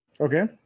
Okay